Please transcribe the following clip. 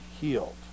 healed